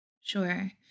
Sure